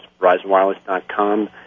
verizonwireless.com